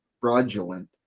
fraudulent